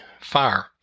fire